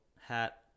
hat